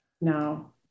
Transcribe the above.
No